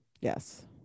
Yes